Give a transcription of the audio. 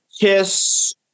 Kiss